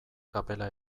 kapela